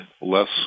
less